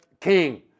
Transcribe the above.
king